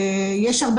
סתם